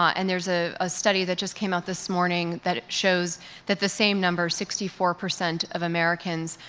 and there's a ah study that just came out this morning that shows that the same number, sixty four percent of americans,